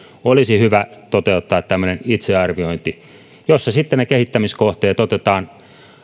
olisi hyvä toteuttaa tämmöinen itsearviointi jossa sitten ne kehittämiskohteet otetaan